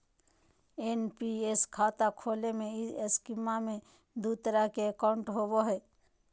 NPS खाता खोले में इस स्कीम में दू तरह के अकाउंट होबो हइ